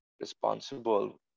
responsible